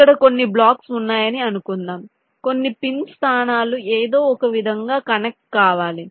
ఇక్కడ కొన్ని బ్లాక్స్ ఉన్నాయని అనుకుందాం కొన్ని పిన్ స్థానాలు ఏదో ఒక విధంగా కనెక్ట్ కావాలి